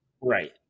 right